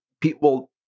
people